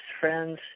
friends